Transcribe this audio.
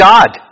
God